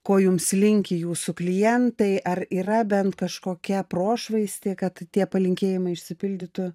ko jums linki jūsų klientai ar yra bent kažkokia prošvaistė kad tie palinkėjimai išsipildytų